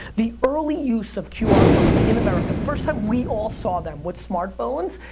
the early use of qr codes in america, the first time we all saw them, with smart-phones.